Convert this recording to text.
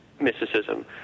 mysticism